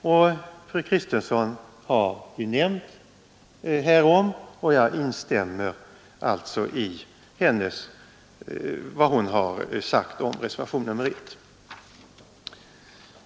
Fru Kristensson har nämnt härom och jag instämmer i hennes uttalande.